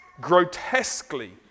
grotesquely